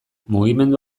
mugimendu